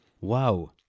Wow